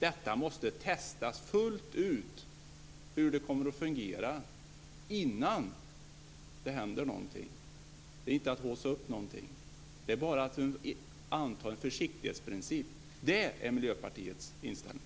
Man måste testa fullt ut hur det kommer att fungera, innan det händer någonting. Det är inte att haussa upp någonting. Det är bara att anta en försiktighetsprincip. Det är Miljöpartiets inställning.